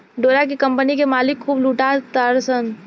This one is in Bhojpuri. डोरा के कम्पनी के मालिक खूब लूटा तारसन